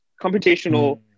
Computational